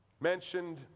mentioned